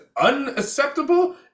unacceptable